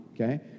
okay